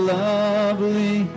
lovely